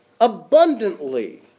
abundantly